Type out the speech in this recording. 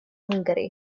hwngari